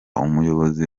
umuyobozi